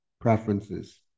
preferences